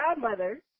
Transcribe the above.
godmother